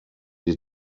die